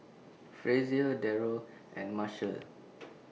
Frazier Darold and Marshall